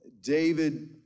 David